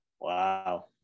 Wow